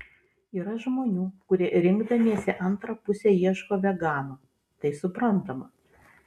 yra žmonių kurie rinkdamiesi antrą pusę ieško vegano tai suprantama